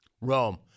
Rome